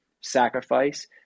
sacrifice